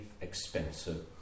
expensive